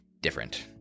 different